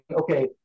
okay